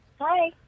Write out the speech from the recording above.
hi